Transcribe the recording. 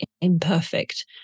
imperfect